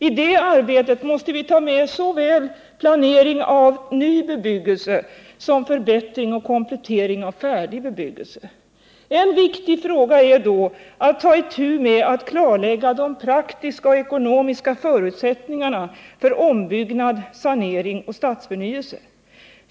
I det arbetet måste vi ta itu med såväl planering av ny bebyggelse som förbättring och komplettering av färdig bebyggelse. En viktig fråga att ta itu med är då att klarlägga de praktiska och ekonomiska förutsättningarna för ombyggnad, sanering och stadsförnyelse.